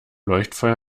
leuchtfeuer